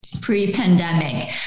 pre-pandemic